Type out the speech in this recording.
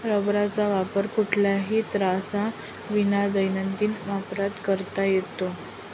रबराचा वापर कुठल्याही त्राससाविना दैनंदिन वापरात करता येतो